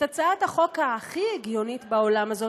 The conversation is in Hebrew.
את הצעת החוק הכי הגיונית בעולם הזאת